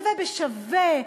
שווה בשווה,